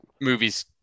movies